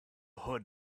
hood